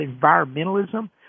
environmentalism